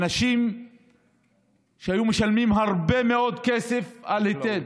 אנשים שהיו משלמים הרבה מאוד כסף על היטל.